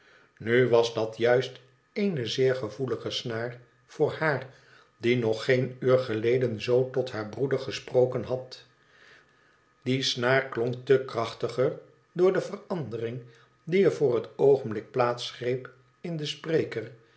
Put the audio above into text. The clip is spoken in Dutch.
nu was dat juist eene zeer gevoelige snaar voor haar die nog geen uur geleden z tot haar broeder gesproken had die snaar klonk te krachtiger door de verandering die er voor het oogenblik plaats greep in den spreker